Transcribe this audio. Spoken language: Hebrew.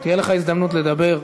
תהיה לך הזדמנות לדבר.